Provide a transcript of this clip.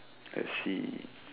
I see